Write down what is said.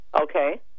okay